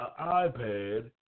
iPad